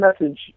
message